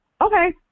okay